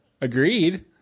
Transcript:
Agreed